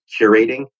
curating